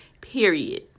Period